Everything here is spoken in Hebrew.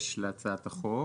נמשיך מאיפה שעצרנו אתמול.